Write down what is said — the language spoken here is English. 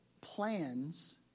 plans